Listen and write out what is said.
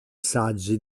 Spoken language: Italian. saggi